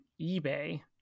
ebay